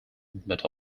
but